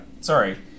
sorry